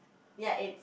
ya it's